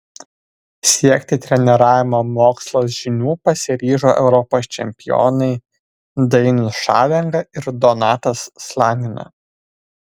siekti treniravimo mokslo žinių pasiryžo europos čempionai dainius šalenga ir donatas slanina